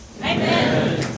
Amen